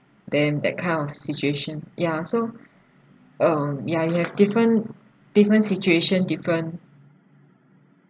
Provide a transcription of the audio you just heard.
then that kind of situation ya so um ya you have different different situation different